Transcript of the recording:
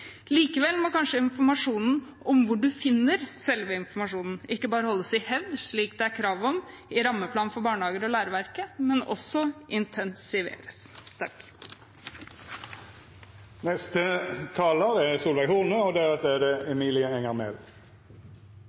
Likevel må kanskje informasjonen om hvor man finner selve informasjonen, ikke bare holdes i hevd, slik det er krav om i rammeplan for barnehager og læreverket, men også intensiveres. Det er blitt sagt mye bra både av saksordføreren og